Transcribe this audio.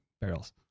barrels